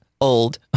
old